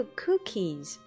cookies